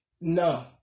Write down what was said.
no